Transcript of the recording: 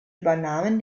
übernahmen